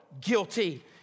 guilty